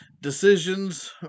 decisions